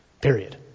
Period